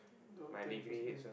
the twenty first mm